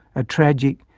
a tragic,